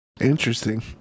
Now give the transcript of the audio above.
Interesting